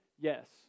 Yes